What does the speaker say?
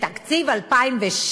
בתקציב 2016